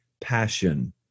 Passion